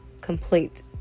complete